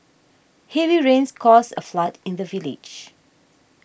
heavy rains caused a flood in the village